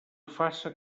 faça